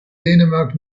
dänemark